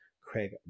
Craig